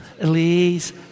Please